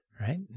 right